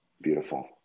beautiful